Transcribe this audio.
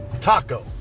Taco